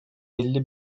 elli